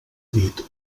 dit